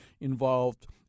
involved